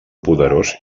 poderós